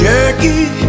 Jackie